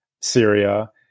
Syria